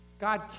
God